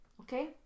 Okay